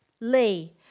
Lee